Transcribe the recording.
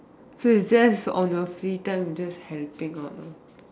so it's just on your free time you just helping out lah